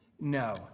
no